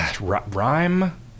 rhyme